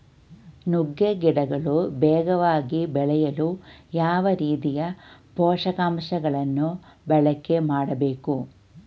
ನುಗ್ಗೆ ಗಿಡಗಳು ವೇಗವಾಗಿ ಬೆಳೆಯಲು ಯಾವ ರೀತಿಯ ಪೋಷಕಾಂಶಗಳನ್ನು ಬಳಕೆ ಮಾಡಬೇಕು?